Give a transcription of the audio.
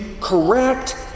correct